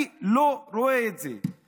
אני לא רואה את זה.